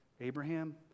Abraham